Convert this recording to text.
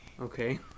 Okay